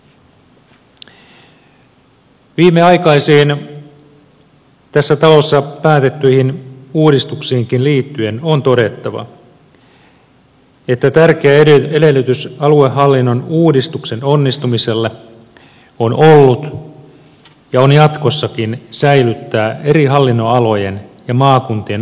viimeaikaisiin tässä talossa päätettyihin uudistuksiinkin liittyen on todettava että tärkeä edellytys aluehallinnon uudistuksen onnistumiselle on ollut ja on jatkossakin säilyttää eri hallinnonalojen ja maakuntien aluejaot yhtenäisinä